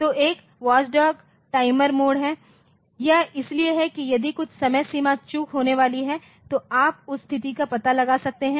तो एक watchdog timer mode है यह इसलिए है कि यदि कुछ समय सीमा चूक होने वाली है तो आप उस स्थिति का पता लगा सकते हैं